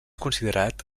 considerat